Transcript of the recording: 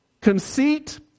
Conceit